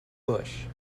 bush